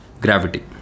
gravity